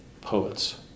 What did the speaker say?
poets